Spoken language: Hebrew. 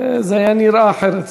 ואז זה היה נראה אחרת.